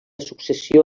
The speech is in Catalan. successió